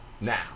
Now